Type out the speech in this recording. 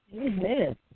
Amen